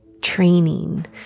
training